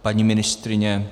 Paní ministryně?